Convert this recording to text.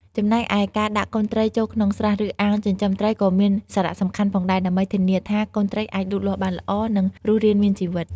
ចំណែកឯការដាក់កូនត្រីចូលក្នុងស្រះ ឬអាងចិញ្ចឹមត្រីក៏មានសារៈសំខាន់ផងដែរ ដើម្បីធានាថាត្រីអាចលូតលាស់បានល្អ និងរស់រានមានជីវិត។